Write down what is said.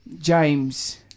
James